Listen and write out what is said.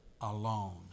alone